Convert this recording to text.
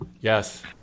Yes